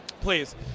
please